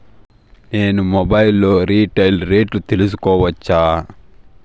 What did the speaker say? నేను మొబైల్ లో రీటైల్ రేట్లు తెలుసుకోవచ్చా?